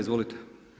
Izvolite.